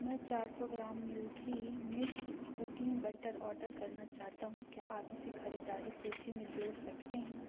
मैं चार सौ gram Milky Mist cooking butter order करना चाहता हूँ क्या आप इसे खरीददारी सूची में जोड़ सकते हैं